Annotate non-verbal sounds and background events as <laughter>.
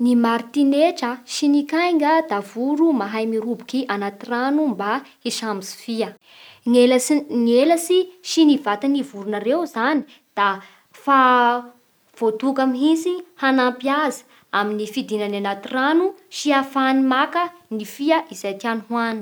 Ny martinetra sy ny kainga da voro mahay mirobiky anaty rano mba hisambotsy fia. Ny elatsy n- ny elatsy sy ny vatan'ny vorona ireo zany da <hesitation> fa voatoka mihitsy hanampy azy amin'ny fidinany anaty rano sy ahafahany maka ny fia izay tiagny hohany.